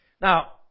Now